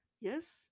Yes